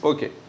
Okay